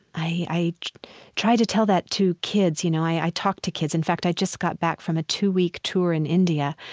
i i try to tell that to kids, you know. i talk to kids. in fact, i just got back from a two-week tour in india.